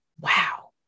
Wow